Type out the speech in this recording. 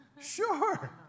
sure